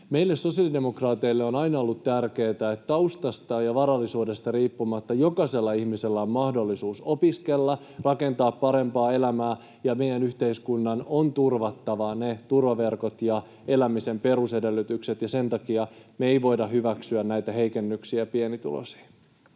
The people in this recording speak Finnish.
Meille sosiaalidemokraateille on aina ollut tärkeätä, että taustasta ja varallisuudesta riippumatta jokaisella ihmisellä on mahdollisuus opiskella ja rakentaa parempaa elämää, ja meidän yhteiskunnan on turvattava ne turvaverkot ja elämisen perusedellytykset. Sen takia me ei voida hyväksyä näitä heikennyksiä pienituloisille.